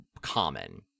common